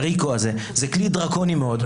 זה כלי דרקוני מאוד,